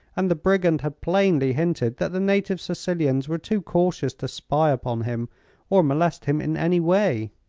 and the brigand had plainly hinted that the native sicilians were too cautious to spy upon him or molest him in any way.